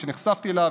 שנחשפתי אליו,